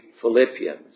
Philippians